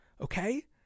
Okay